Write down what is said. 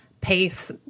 pace